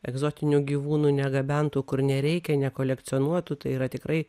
egzotinių gyvūnų negabentų kur nereikia nekolekcionuotų tai yra tikrai